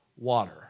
water